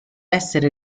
essere